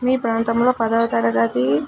మీ ప్రాంతంలో పదవ తరగతి